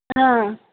हां